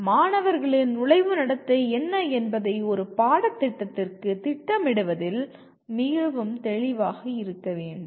எனவே மாணவர்களின் நுழைவு நடத்தை என்ன என்பதை ஒரு பாடத்திட்டத்திற்கு திட்டமிடுவதில் மிகவும் தெளிவாக இருக்க வேண்டும்